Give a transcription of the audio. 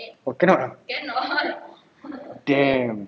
oh cannot ah damn